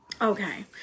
Okay